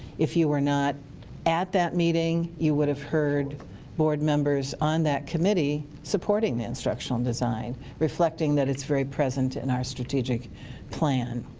if you were not at that meeting you would have heard board members on that committee supporting the instructional design. reflecting that it's very present in our strategic plan.